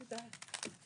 תודה.